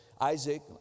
Isaac